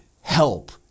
help